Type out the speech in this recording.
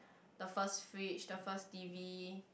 the first fridge the first T_V